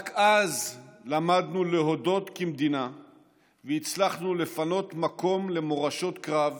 רק אז למדנו להודות כמדינה והצלחנו לפנות מקום למורשות קרב